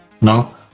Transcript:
No